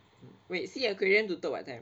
mm wait sea aquarium tutup what time